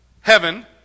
heaven